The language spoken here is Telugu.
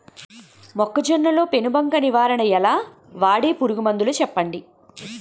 మొక్కజొన్న లో పెను బంక నివారణ ఎలా? వాడే పురుగు మందులు చెప్పండి?